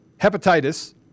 hepatitis